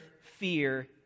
fear